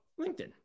LinkedIn